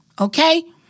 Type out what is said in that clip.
okay